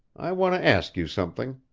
i want to ask you something.